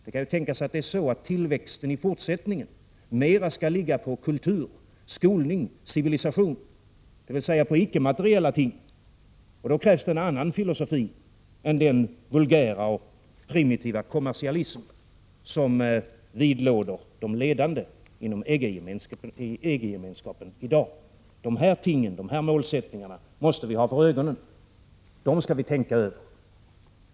Det kan ju tänkas att tillväxten i fortsättningen mera skall gälla kultur, skolning och civilisation — dvs. icke-materiella ting —, och då krävs det en annan filosofi än den vulgära och primitiva kommersialism som vidlåder de ledande i EG-gemenskapen i dag. De här målsättningarna måste vi ha för ögonen. Dem skall vi tänka över.